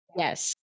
Yes